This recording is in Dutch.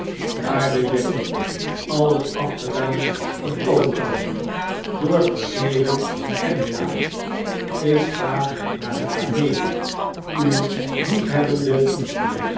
waarde jack alles afgedaan incoketown door verveling weggejaagd ik ga naar de kameelen uw liefhebbende